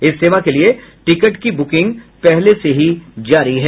इस सेवा के लिए टिकट की बुकिंग पहले से ही जारी है